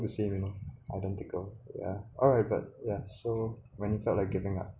the same you know identical alright but ya so when you felt like giving up